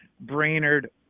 Brainerd